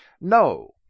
no